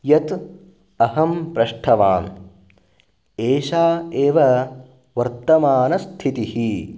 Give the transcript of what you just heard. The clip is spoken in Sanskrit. यत् अहं पृष्टवान् एषा एव वर्तमानस्थितिः